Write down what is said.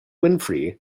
winfrey